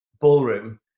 ballroom